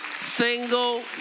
single